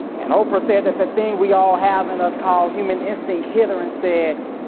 and oprah said that that thing we all have in us called human instinct hit her and said,